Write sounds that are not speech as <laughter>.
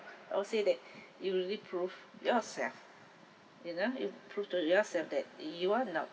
I would say that <breath> you really prove yourself you know you prove to yourself that you are not